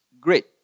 Great